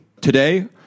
Today